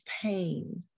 pain